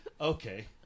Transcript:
Okay